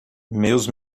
meus